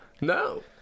No